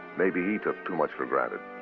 maybe he took too much for granted.